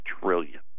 trillion